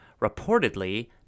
reportedly